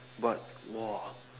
but !wah!